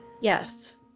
Yes